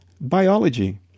biology